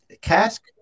cask